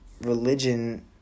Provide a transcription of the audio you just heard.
religion